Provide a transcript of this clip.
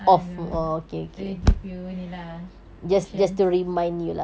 ah no no they give you only lah options